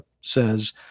says